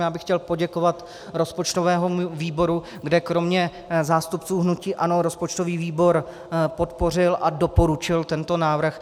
Já bych chtěl poděkovat rozpočtovému výboru, kde kromě zástupců hnutí ANO rozpočtový výbor podpořil a doporučil tento návrh.